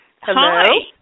Hello